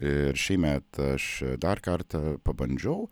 ir šįmet aš dar kartą pabandžiau